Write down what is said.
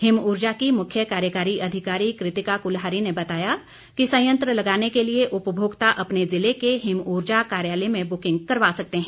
हिमऊर्जा की मुख्य कार्यकारी अधिकारी कृतिका कुलहरी ने बताया कि संयंत्र लगाने के लिए उपभोक्ता अपने ज़िले के हिम ऊर्जा कार्यालय में बुकिंग करवा सकते हैं